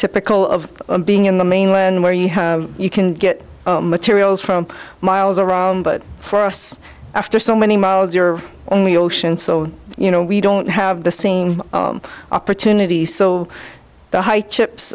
typical of being in the mainland where you have you can get materials from miles around but for us after so many miles you're only ocean so you know we don't have the same opportunity so the high chips